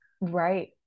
Right